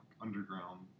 underground